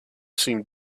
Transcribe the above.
seemed